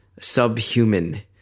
subhuman